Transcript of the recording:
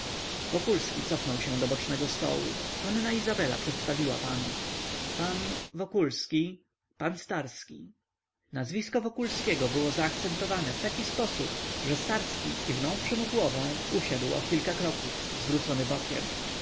wokulski cofnął się do bocznego stołu panna izabela przedstawiła panów pan wokulski pan starski nazwisko wokulskiego było zaakcentowane w taki sposób że starski kiwnąwszy mu głową usiadł o kilka kroków zwrócony bokiem